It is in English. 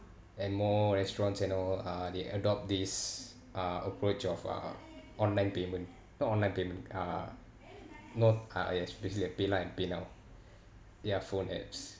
and more restaurants and all uh they adopt this uh approach of uh online payment not online payment uh not uh yes basically like paylah and paynow ya phone apps